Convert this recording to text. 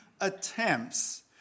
attempts